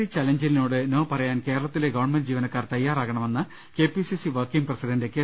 salary ചലഞ്ചിനോട് no പറയാൻ കേരളത്തിലെ ഗവൺമെന്റ് ജീവനക്കാർ തയ്യാറാകണമെന്ന് K P C C working president K